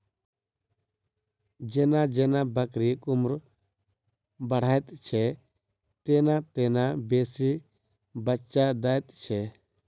जेना जेना बकरीक उम्र बढ़ैत छै, तेना तेना बेसी बच्चा दैत छै